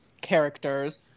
characters